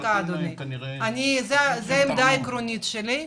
זו עמדה עקרונית שלי.